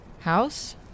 House